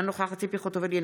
אינה נוכחת ציפי חוטובלי,